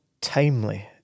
timely